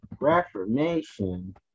Reformation